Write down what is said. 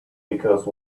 because